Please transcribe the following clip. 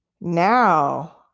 Now